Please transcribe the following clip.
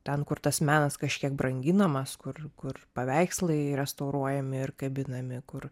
ten kur tas menas kažkiek branginamas kur kur paveikslai restauruojami ir kabinami kur